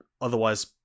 otherwise